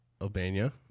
Albania